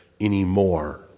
anymore